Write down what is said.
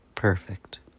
Perfect